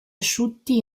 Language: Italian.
asciutti